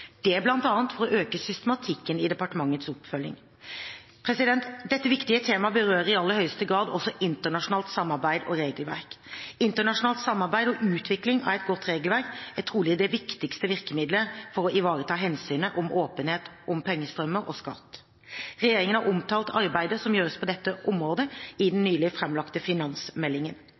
Det er bl.a. for å øke systematikken i departementets oppfølging. Dette viktige temaet berører i aller høyeste grad også internasjonalt samarbeid og regelverk. Internasjonalt samarbeid og utvikling av et godt regelverk er trolig det viktigste virkemidlet for å ivareta hensynet om åpenhet om pengestrømmer og skatt. Regjeringen har omtalt arbeidet som gjøres på dette området, i den nylig framlagte finansmeldingen.